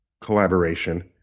Collaboration